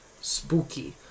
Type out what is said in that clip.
Spooky